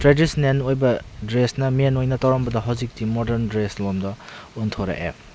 traditional ꯑꯣꯏꯕ ꯗ꯭ꯔꯦꯁꯅ ꯃꯦꯟ ꯑꯣꯏꯅ ꯇꯧꯔꯝꯕꯗꯣ ꯍꯧꯖꯤꯛꯇꯤ ꯃꯣꯗꯔꯟ ꯗ꯭ꯔꯦꯁ ꯂꯣꯝꯗ ꯑꯣꯟꯊꯣꯔꯛꯑꯦ